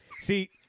See